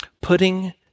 putting